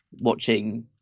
watching